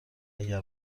اگر